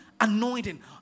anointing